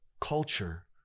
culture